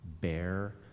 bear